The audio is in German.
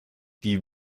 die